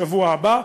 בשבוע הבא,